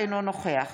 אינו נוכח